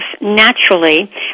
naturally